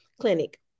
Clinic